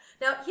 Now